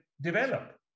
develop